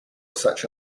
such